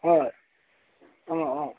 হয় অঁ অঁ